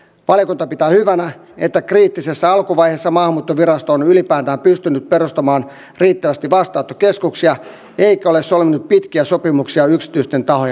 valiokunta pitää hyvänä että kriittisessä alkuvaiheessa maahanmuuttovirasto on ylipäätään pystynyt perustamaan riittävästi vastaanottokeskuksia eikä ole solminut pitkiä sopimuksia yksityisten tahojen kanssa